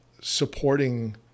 supporting